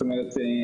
זאת אומרת,